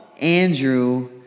Andrew